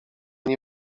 nie